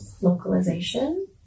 localization